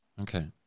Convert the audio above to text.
Okay